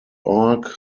org